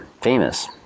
famous